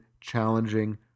challenging